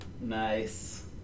Nice